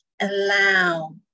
allow